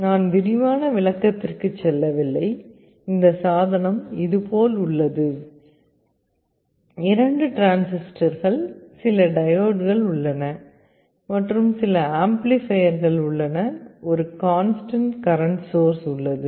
நான் விரிவான விளக்கத்திற்குச் செல்லவில்லை இந்த சாதனம் இதுபோல் உள்ளது இரண்டு டிரான்சிஸ்டர்கள் சில டையோட்கள் உள்ளன மற்றும் சில ஆம்ப்ளிபையர்கள் உள்ளன ஒரு கான்ஸ்டன்ட் கரன்ட் சோர்ஸ் உள்ளது